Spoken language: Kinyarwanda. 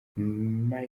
michael